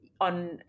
on